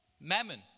mammon